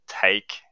take